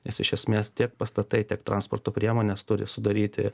nes iš esmės tiek pastatai tiek transporto priemonės turi sudaryti